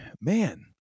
man